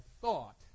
thought